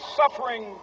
suffering